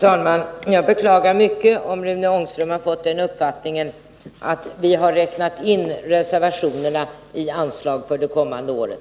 Fru talman! Jag beklagar mycket om Rune Ångström har fått den uppfattningen att vi har räknat in reservationerna i anslaget för det kommande året.